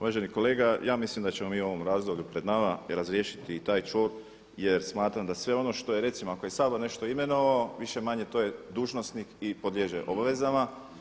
Uvaženi kolega, ja mislim da ćemo mi u ovom razdoblju pred nama razriješiti i taj čvor jer smatram da sve ono što je, recimo ako je Sabor nešto imenovao više-manje to je dužnosnik i podliježe obavezama.